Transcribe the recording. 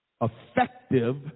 effective